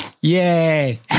yay